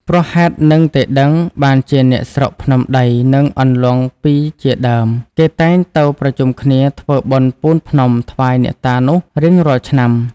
ព្រោះហេតុហ្នឹងទេដឹង បានជាអ្នកស្រុកភ្នំដីនិងអន្លង់ពីរជាដើម គេតែងទៅប្រជុំគ្នាធ្វើបុណ្យពូនភ្នំថ្វាយអ្នកតានោះរៀងរាល់ឆ្នាំ